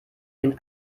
den